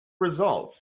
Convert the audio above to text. results